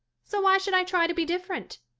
so why should i try to be different?